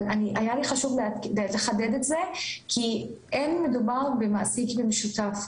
אבל היה לי חשוב לחדד את זה כי אין מדובר במעסיק במשותף,